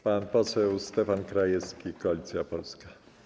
Pan poseł Stefan Krajewski, Koalicja Polska.